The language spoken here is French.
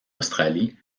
australie